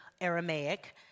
Aramaic